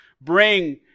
bring